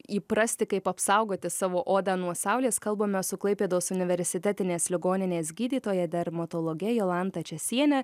įprasti kaip apsaugoti savo odą nuo saulės kalbamės su klaipėdos universitetinės ligoninės gydytoja dermatologe jolanta česiene